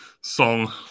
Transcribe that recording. song